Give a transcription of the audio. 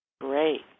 Great